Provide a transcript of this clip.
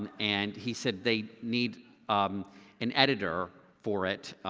um and he said they need an editor for it,